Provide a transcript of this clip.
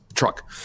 Truck